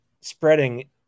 spreading